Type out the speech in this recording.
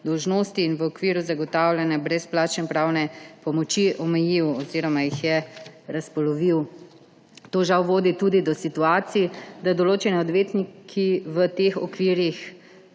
dolžnosti in v okviru zagotavljanja brezplačne pravne pomoči, omejil oziroma jih je razpolovil. To žal vodi tudi do situacij, da določeni odvetniki v teh okvirih